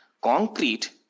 concrete